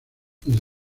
desde